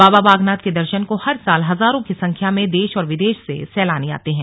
बाबा बागनाथ के दर्शन को हर साल हजारों की संख्या में देश और विदेश से सैलानी आते है